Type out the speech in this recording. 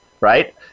right